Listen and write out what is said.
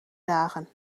dagen